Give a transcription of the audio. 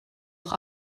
noch